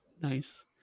Nice